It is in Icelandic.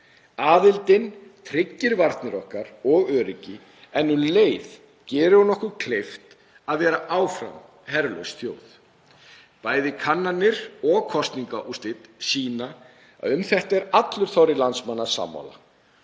Aðildin tryggir varnir okkar og öryggi, en um leið gerir hún okkur kleift að vera áfram herlaus þjóð. Bæði kannanir og kosningaúrslit sýna að um þetta er allur þorri landsmanna sammála.